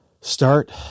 start